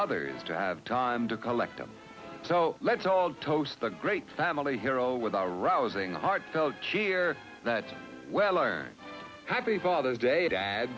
others to have time to collect them so let's all toast the great family hero with a rousing heartfelt cheer that well our happy father's day